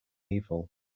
evil